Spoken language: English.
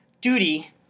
duty